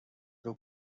روی